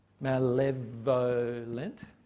Malevolent